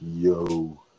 Yo